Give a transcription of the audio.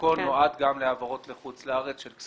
שבחלקו נועד גם להעברות כספים לחוץ לארץ,